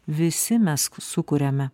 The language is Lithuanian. visi mes sukuriame